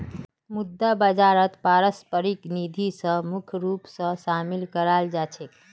मुद्रा बाजारत पारस्परिक निधि स मुख्य रूप स शामिल कराल जा छेक